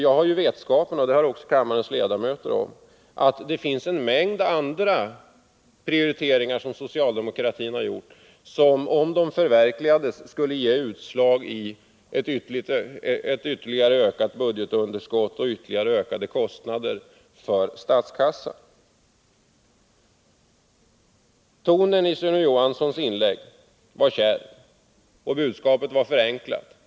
Jag — liksom också kammarens ledamöter — har vetskap om att det finns en mängd andra prioriteringar som socialdemokratin har gjort, vilka, om de förverkligades, skulle ge utslag i ett ytterligare ökat budgetunderskott och i ytterligare ökade kostnader för statskassan. Tonen i Sune Johanssons inlägg var kärv och budskapet var förenklat.